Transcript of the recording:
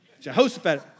Jehoshaphat